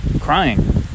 crying